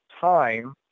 time